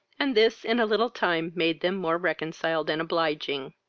and this in a little time made them more reconciled and obliging.